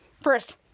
First